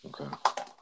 okay